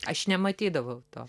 aš nematydavau to